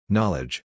Knowledge